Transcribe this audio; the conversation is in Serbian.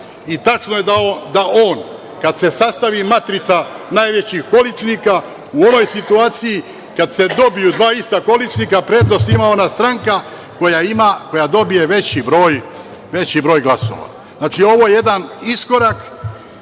i tačno je da on kada se sastavi matrica najvećih količnika, u onoj situaciji kada se dobiju dva ista količnika, prednost ima ona stranka koja dobije veći broj glasova. Znači, ovo je jedan iskorak